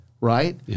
right